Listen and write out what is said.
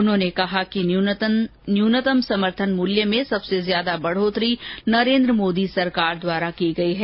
उन्होंने कहा कि न्यूनतम समर्थन मूल में सबसे ज्यादा बढ़ोतरी नरेन्द्र मोदी सरकार द्वारा की गई है